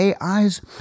AIs